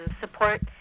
support